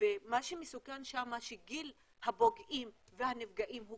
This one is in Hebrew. ומה שמסוכן שם שגיל הפוגעים והנפגעים הוא